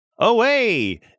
away